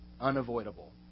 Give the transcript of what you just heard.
unavoidable